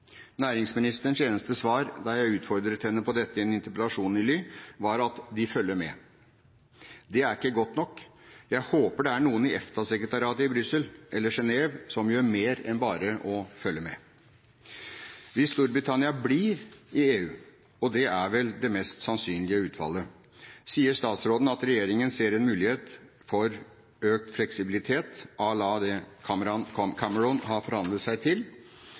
Næringsministerens eneste svar da jeg utfordret henne på dette i en interpellasjon nylig, var at de følger med. Det er ikke godt nok. Jeg håper det er noen i EFTA-sekretariatet i Brussel eller Genève som gjør mer enn bare å følge med. Hvis Storbritannia blir i EU, og det er vel det mest sannsynlige utfallet, sier statsråden at regjeringen ser en mulighet for økt fleksibilitet à la det Cameron har forhandlet seg til,